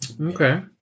Okay